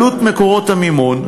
עלות מקורות המימון,